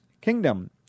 kingdom